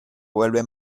vuelve